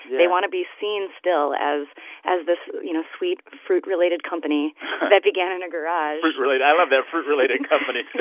they want to be seen, still, as as this, you know, sweet fruit-related company that began in a garage fruit-related i love that, fruit-related company.